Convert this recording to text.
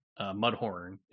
mudhorn